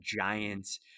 Giants